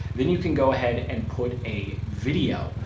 then you can go ahead and put a video.